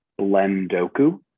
Blendoku